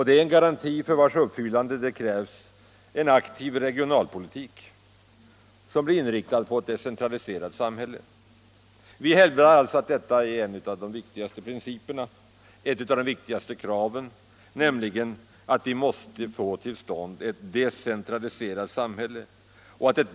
Det är en garanti för vars uppfyllande det krävs en aktiv regionalpolitik, som inriktas på ett decentraliserat samhälle. Vi hävdar att en av de viktigaste principerna och ett av de viktigaste kraven är att vi får till stånd ett decentraliserat samhälle.